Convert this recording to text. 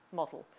model